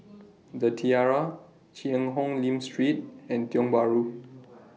The Tiara Cheang Hong Lim Street and Tiong Bahru